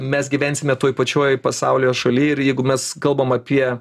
mes gyvensime toj pačioj pasaulio šaly ir jeigu mes kalbame apie